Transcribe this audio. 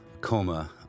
coma